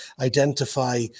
identify